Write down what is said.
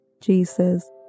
Jesus